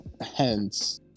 Hence